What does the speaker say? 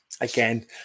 again